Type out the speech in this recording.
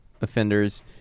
offenders